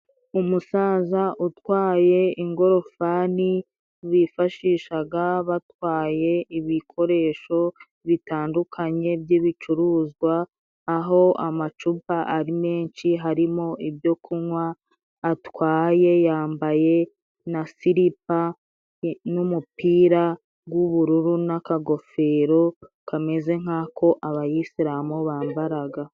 Umusaza utwaye ingorofani, bifashishaga batwaye ibikoresho bitandukanye by'ibicuruzwa, aho amacupa ari menshi harimo ibyo kunywa. Atwaye yambaye na silipa n' umupira g'ubururu, n'akagofero kameze nk'ako abayisilamu bambaraga.